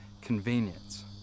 convenience